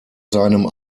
seinem